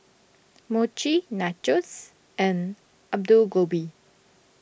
Mochi Nachos and Alu Gobi